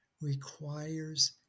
requires